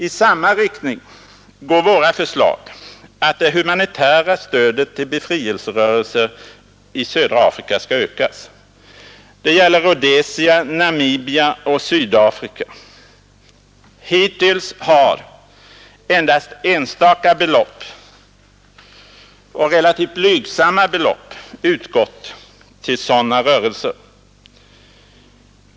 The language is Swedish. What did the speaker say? I samma riktning går våra förslag att det humanitära stödet till befrielserörelser i södra Afrika skall ökas. Det gäller Rhodesia, Namibia och Sydafrika. Hittills har endast enstaka och relativt blygsamma belopp utgått till sådana rörelser.